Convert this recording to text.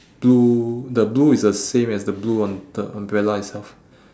blue the blue is the same as the blue on the umbrella itself